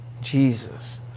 Jesus